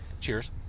cheers